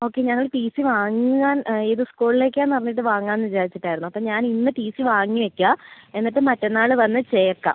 okay ഞങ്ങൾ T C വാങ്ങാൻ ഏത് സ്കൂളിലേക്ക് ആണെന്ന് അറിഞ്ഞിട്ട് വാങ്ങാമെന്ന് വിചാരിച്ചിട്ടായിരുന്നു അപ്പം ഞാൻ ഇന്ന് ടി സി വാങ്ങി വയ്ക്കാം എന്നിട്ട് മറ്റന്നാൾ വന്ന് ചേർക്കാം